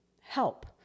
help